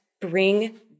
bring